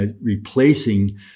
replacing